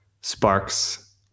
sparks